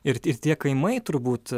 ir ir tie kaimai turbūt